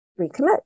recommit